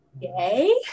Yay